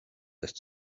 that